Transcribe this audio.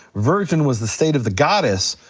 virgin was the state of the goddess,